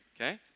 okay